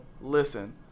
listen